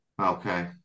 Okay